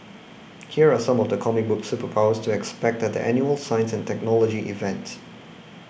here are some of the comic book superpowers to expect at the annual science and technology event